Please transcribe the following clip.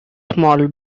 small